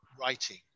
writing